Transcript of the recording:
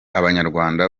abanyarwanda